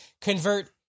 convert